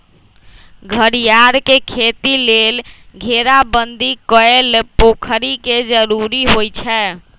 घरियार के खेती लेल घेराबंदी कएल पोखरि के जरूरी होइ छै